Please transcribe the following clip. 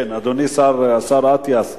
כן, אדוני השר אטיאס,